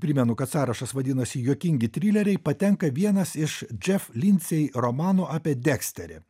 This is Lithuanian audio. primenu kad sąrašas vadinosi juokingi trileriai patenka vienas iš džef lindsei romanų apie deksterį